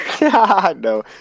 no